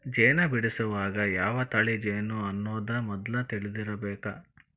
ಜೇನ ಬಿಡಸುವಾಗ ಯಾವ ತಳಿ ಜೇನು ಅನ್ನುದ ಮದ್ಲ ತಿಳದಿರಬೇಕ